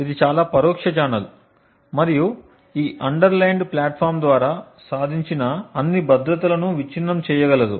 ఇది చాలా పరోక్ష ఛానెల్ మరియు ఈ అండర్ లైన్డ్ ప్లాట్ ఫామ్ ద్వారా సాధించిన అన్ని భద్రతలను విచ్ఛిన్నం చేయగలదు